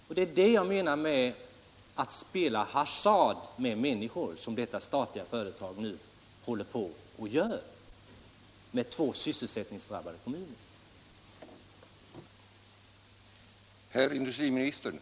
Vad detta statliga företag nu håller på med, det är just att spela hasard med människor i två kommuner som båda är drabbade av sysselsättningssvårigheter.